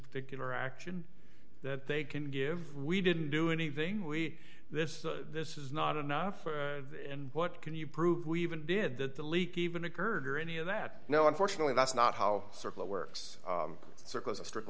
particular action that they can give we didn't do anything we this this is not enough and what can you prove we even did that the leak even occurred or any of that now unfortunately that's not how circuit works circles a strict